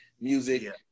music